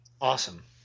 Awesome